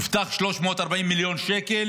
הובטחו 340 מיליון שקל,